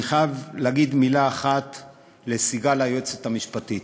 אני חייב להגיד מילה אחת על סיגל, היועצת המשפטית: